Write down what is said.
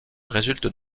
résulte